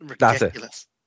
ridiculous